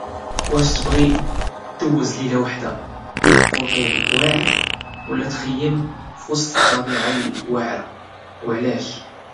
واش تبغي دوز ليلة وحدة فأوطيل واعر ولا تخيم فوسط الطبيعة اللي واعرة وعلاش؟